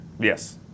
yes